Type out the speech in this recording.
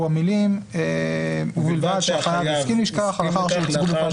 המילים "ובלבד שהחייב הסכים לכך לאחר שהוצגו בפניו".